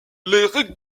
règles